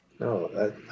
No